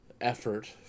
effort